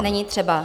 Není třeba.